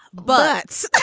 but